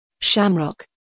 Shamrock